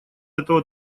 этого